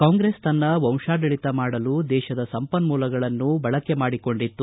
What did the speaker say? ಕಾಂಗ್ರೆಸ್ ತನ್ನ ವಂಶಾಡಳಿತ ಮಾಡಲು ದೇಶದ ಸಂಪನ್ಮೂಲಗಳನ್ನು ಬಳಕೆ ಮಾಡಿಕೊಂಡಿತ್ತು